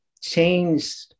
changed